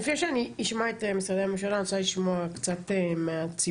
לפני שאני אשמע את משרדי הממשלה אני רוצה לשמוע קצת מהציבור.